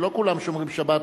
שלא כולם שומרים שבת,